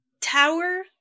Tower